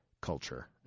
culture